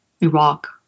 Iraq